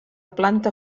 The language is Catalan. planta